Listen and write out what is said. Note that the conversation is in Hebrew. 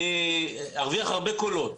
אני ארוויח הרבה קולות,